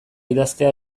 idaztea